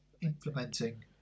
implementing